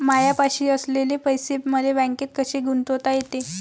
मायापाशी असलेले पैसे मले बँकेत कसे गुंतोता येते?